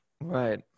Right